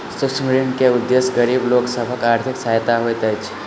सूक्ष्म ऋण के उदेश्य गरीब लोक सभक आर्थिक सहायता होइत अछि